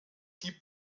die